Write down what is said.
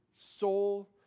soul